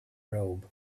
robe